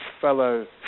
fellow